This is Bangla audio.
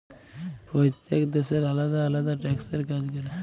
প্যইত্তেক দ্যাশের আলেদা আলেদা ট্যাক্সের কাজ ক্যরে